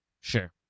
Sure